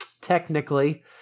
technically